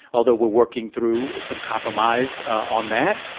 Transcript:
although we're working through some compromise on that.